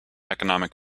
economic